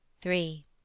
Three